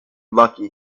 lucky